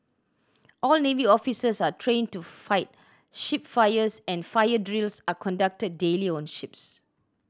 all navy officers are trained to fight ship fires and fire drills are conducted daily on ships